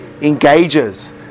engages